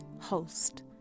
host